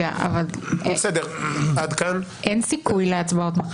אבל מחר אין סיכוי להצבעות.